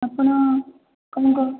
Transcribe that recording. ଆପଣ କଣ